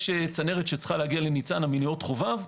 יש צנרת שצריכה להגיע לניצנה מנאות חובב.